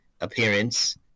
appearance